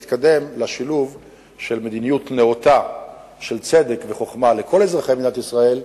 להתקדם לשילוב של מדיניות נאותה של צדק וחוכמה לכל אזרחי מדינת ישראל,